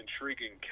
intriguing